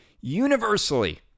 Universally